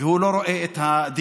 והוא לא רואה את הדיון.